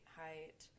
height